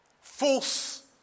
false